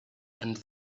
and